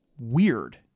weird